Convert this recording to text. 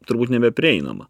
turbūt nebeprieinama